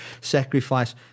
sacrifice